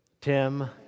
Tim